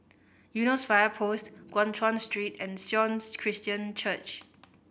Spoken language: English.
Eunos Fire Post Guan Chuan Street and Sion Christian Church